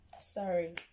Sorry